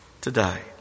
today